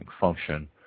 function